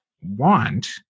want